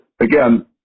Again